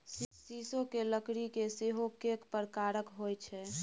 सीसोक लकड़की सेहो कैक प्रकारक होए छै